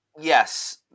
Yes